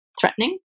threatening